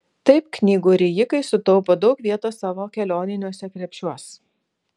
taip knygų rijikai sutaupo daug vietos savo kelioniniuose krepšiuos